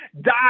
die